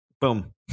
boom